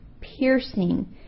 piercing